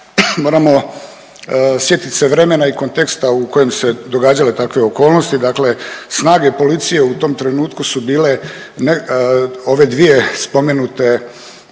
moramo sjetit se vremena i konteksta u kojim su se događale takve okolnosti. Dakle, snage policije u tom trenutku su bile, ove dvije spomenute